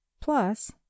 plus